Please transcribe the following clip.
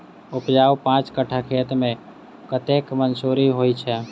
उपजाउ पांच कट्ठा खेत मे कतेक मसूरी होइ छै?